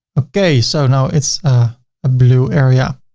okay, so now it's a blue area.